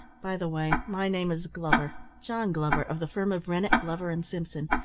by the way, my name is glover john glover, of the firm of rennett, glover and simpson.